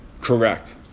Correct